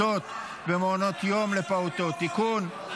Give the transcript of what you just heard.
הגנה על פעוטות במעונות יום לפעוטות (תיקון,